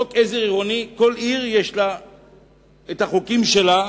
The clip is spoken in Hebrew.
לכל עיר יש את החוקים שלה,